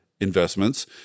investments